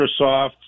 Microsoft